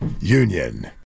Union